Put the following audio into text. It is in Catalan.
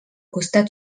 costat